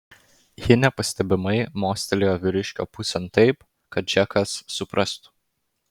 ji nepastebimai mostelėjo vyriškio pusėn taip kad džekas suprastų